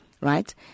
right